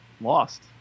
lost